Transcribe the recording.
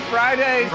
Friday